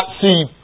see